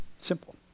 Simple